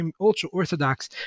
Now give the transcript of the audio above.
ultra-Orthodox